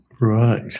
Right